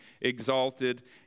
exalted